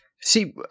see